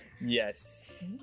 Yes